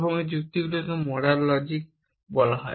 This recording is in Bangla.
এবং এই যুক্তিগুলিকে মোডাল লজিক বলা হয়